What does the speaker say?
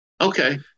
Okay